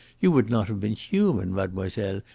you would not have been human, mademoiselle,